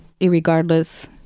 irregardless